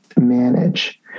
manage